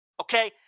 Okay